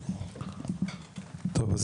טוב,